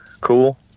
cool